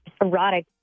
erotic